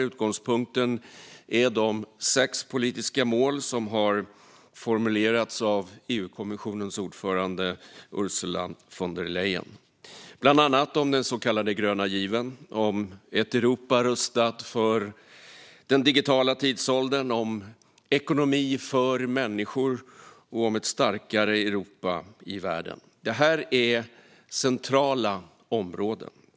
Utgångspunkten är de sex politiska mål som har formulerats av EU-kommissionens ordförande Ursula von der Leyen, bland annat om den så kallade gröna given, om ett Europa rustat för den digitala tidsåldern, om ekonomi för människor och om ett starkare Europa i världen. Detta är centrala områden.